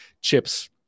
chips